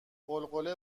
غلغله